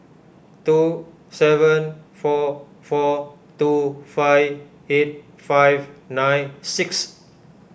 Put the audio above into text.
two seven four four two five eight five nine six